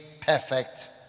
perfect